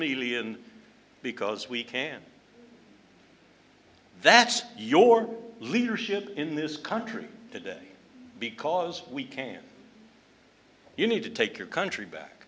million because we can't that's your leadership in this country today because we can't you need to take your country back